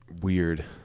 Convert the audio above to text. Weird